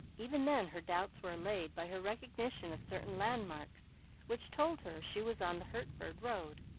even then her doubts were allayed by her recognition of certain landmarks which told her she was on the hertford road.